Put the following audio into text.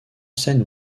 scène